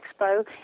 Expo